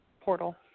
portal